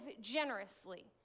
generously